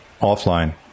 offline